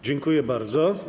Dziękuję bardzo.